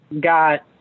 got